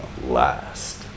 last